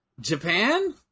Japan